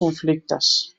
conflictes